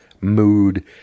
mood